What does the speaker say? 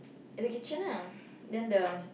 at the kitchen lah then the